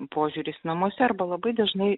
požiūris namuose arba labai dažnai